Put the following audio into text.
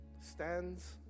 stands